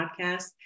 podcast